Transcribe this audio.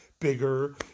bigger